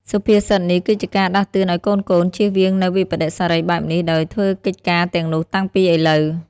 សុភាសិតនេះគឺជាការដាស់តឿនឲ្យកូនៗជៀសវាងនូវវិប្បដិសារីបែបនេះ ដោយធ្វើកិច្ចការទាំងនោះតាំងពីឥឡូវ។